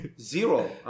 zero